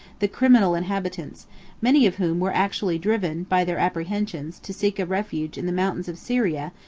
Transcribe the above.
the criminal inhabitants many of whom were actually driven, by their apprehensions, to seek a refuge in the mountains of syria,